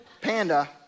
Panda